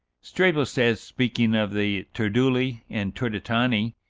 strabo says, speaking of the turduli and turdetani,